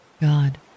God